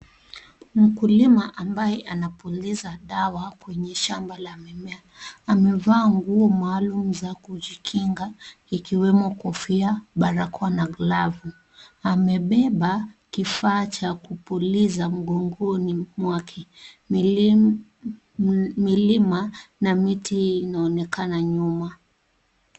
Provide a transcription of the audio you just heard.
Mkulima ambaye anapuliza dawa kwenye shamba la mimea ,amevaa nguo maalum za kujikinga ikiwemo kofia ,barakoa na glavu , amebeba kifaa cha kupuliza mgongoni mwake milima na miti inaonekana nyuma.